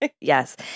Yes